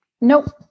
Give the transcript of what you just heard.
Nope